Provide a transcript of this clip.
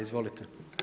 Izvolite.